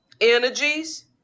energies